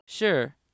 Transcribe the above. Sure